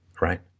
right